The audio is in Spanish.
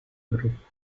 grupo